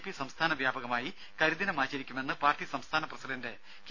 P സംസ്ഥാന വ്യാപകമായി കരിദിനമാചരിക്കുമെന്ന് പാർട്ടി സംസ്ഥാന പ്രസിഡൻറ് കെ